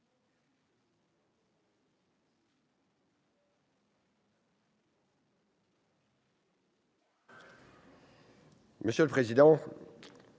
Monsieur le président,